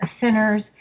sinners